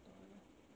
don't want ah